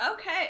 Okay